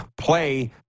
play